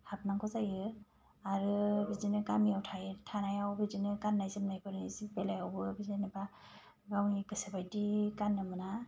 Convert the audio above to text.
हाबनांगौ जायो आरो बिदिनो गामियाव थायो थानायाव बिदिनो गाननाय जोमनायफोर जिनि बेलायावबो जेनेबा गावनि गोसो बायदि गाननो मोना